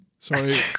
Sorry